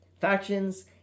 factions